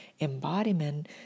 embodiment